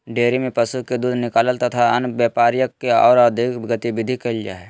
dairy में पशु के दूध निकालल तथा अन्य व्यापारिक आर औद्योगिक गतिविधि कईल जा हई